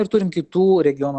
ir turim kitų regiono